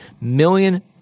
million